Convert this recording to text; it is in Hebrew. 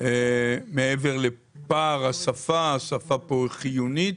מעבר לפער השפה, השפה פה היא חיונית,